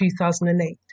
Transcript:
2008